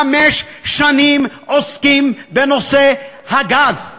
חמש שנים עוסקים בנושא הגז.